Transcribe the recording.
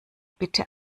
bitte